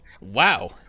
wow